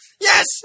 Yes